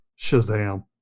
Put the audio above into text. Shazam